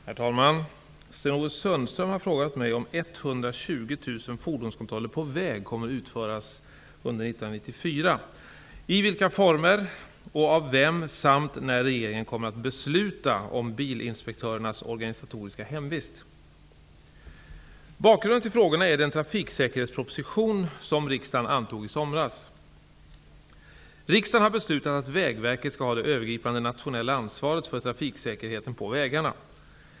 Herr talman! Sten-Ove Sundström har frågat mig om 120 000 fordonskontroller på väg kommer att utföras under 1994, i vilka former och av vem samt när regeringen kommer att besluta om bilinspektörernas organisatoriska hemvist. Bakgrunden till frågorna är den trafiksäkerhetsproposition som riksdagen antog i somras. Riksdagen har beslutat att Vägverket skall ha det övergripande nationella ansvaret för trafiksäkerheten på vägarna.